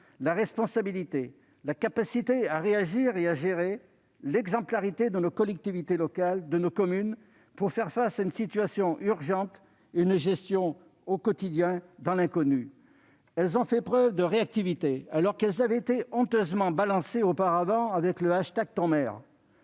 la responsabilité, la capacité à réagir et à gérer, l'exemplarité de nos collectivités locales, de nos communes, pour faire face à une situation urgente et assurer une gestion au quotidien dans l'inconnu. Celles-ci ont fait preuve de réactivité, alors qu'elles avaient été honteusement balancées auparavant avec le hashtag #BalanceTonMaire.